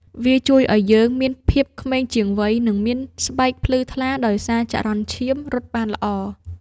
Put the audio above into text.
វាជួយឱ្យយើងមានភាពក្មេងជាងវ័យ និងមានស្បែកភ្លឺថ្លាដោយសារចរន្តឈាមរត់បានល្អ។